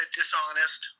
dishonest